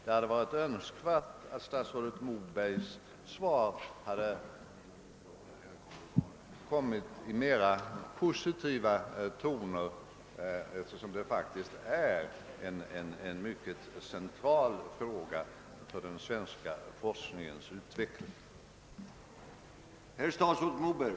Det hade varit önskvärt att statsrådet Mobergs svar innehållit mer positiva tongångar, eftersom detta faktiskt är en mycket central fråga för den svenska forskningsutvecklingen.